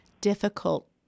difficult